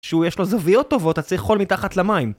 שהוא יש לו זוויות טובות, אז צריך חול מתחת למים